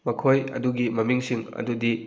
ꯃꯈꯣꯏ ꯑꯗꯨꯒꯤ ꯃꯃꯤꯡꯁꯤꯡ ꯑꯗꯨꯗꯤ